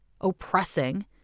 oppressing